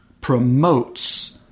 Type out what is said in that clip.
promotes